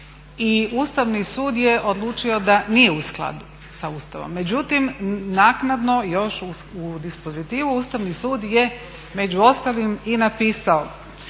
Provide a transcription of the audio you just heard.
Ustavni sud je odlučio da nije u skladu sa Ustavom. Međutim, naknadno još u dispozitivu Ustavni sud je među ostalim i napisao